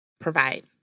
provide